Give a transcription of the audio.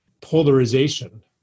polarization